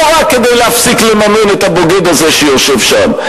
לא רק כדי להפסיק לממן את הבוגד הזה שיושב שם,